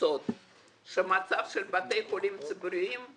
סוד שמצב בתי החולים הציבוריים,